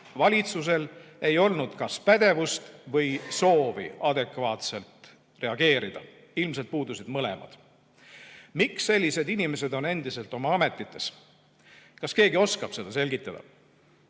valitsusel ei olnud kas pädevust või soovi adekvaatselt reageerida. Ilmselt puudusid mõlemad. Miks sellised inimesed on endiselt oma ametis? Kas keegi oskab seda selgitada?